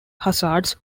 hazards